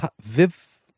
Viv